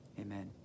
amen